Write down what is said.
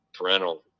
parental